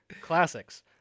classics